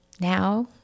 now